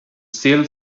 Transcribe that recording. still